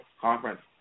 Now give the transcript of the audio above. conference